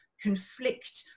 conflict